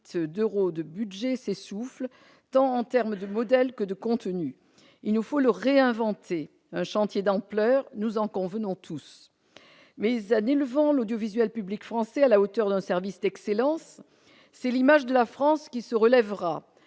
d'euros de budget, s'essouffle, en termes tant de modèle que de contenus. Il nous faut le réinventer : il s'agit là d'un chantier d'ampleur, nous en convenons tous. Cependant, en élevant l'audiovisuel public français à la hauteur d'un service d'excellence, c'est l'image de la France qui se relèvera